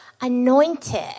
anointed